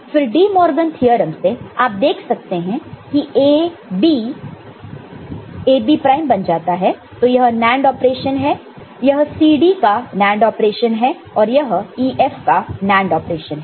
फिर De Morgan theorem से आप देख सकते हैं की AB AB प्राइम बन जाता है तो यह NAND ऑपरेशन है यह CD का NAND ऑपरेशन है और यह EF का NAND ऑपरेशन है